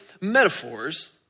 metaphors